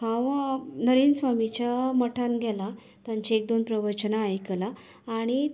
हांव नरेंद्र स्वामीच्या मठांत गेलां तांची एक दोन प्रवचनां आयकलां आनी